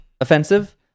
offensive